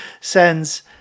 sends